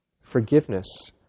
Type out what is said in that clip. forgiveness